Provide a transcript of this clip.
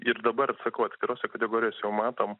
ir dabar sakau atskirose kategorijose jau matom